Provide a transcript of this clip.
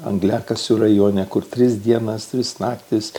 angliakasių rajone kur tris dienas tris naktis